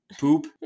poop